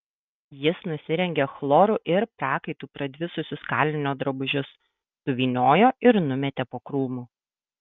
jis nusirengė chloru ir prakaitu pradvisusius kalinio drabužius suvyniojo ir numetė po krūmu